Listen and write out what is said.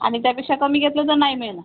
आणि त्यापेक्षा कमी घेतलं तर नाही मिळणार